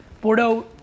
Bordeaux